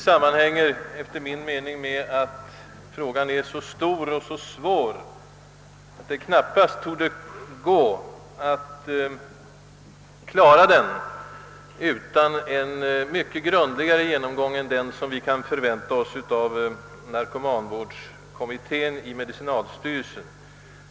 Frågan är så stor och besvärlig att den enligt min mening knappast torde kunna närma sig en lösning utan en mycket grundligare genomgång än den som kan förväntas av narkomanvårdskommittén i medicinalstyrelsen.